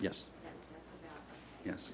yes yes